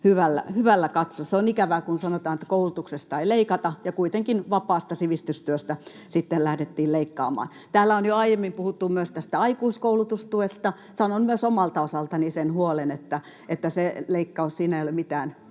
hyvällä katso. Se on ikävää, kun sanotaan, että koulutuksesta ei leikata ja kuitenkin vapaasta sivistystyöstä sitten lähdettiin leikkaamaan. Täällä on jo aiemmin puhuttu myös tästä aikuiskoulutustuesta. Sanon myös omalta osaltani sen huolen, että siinä leikkauksessa ei ole mitään,